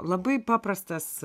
labai paprastas